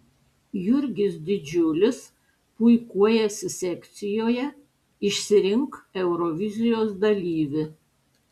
jurgis didžiulis puikuojasi sekcijoje išsirink eurovizijos dalyvį